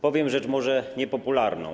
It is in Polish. Powiem rzecz może niepopularną.